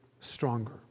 stronger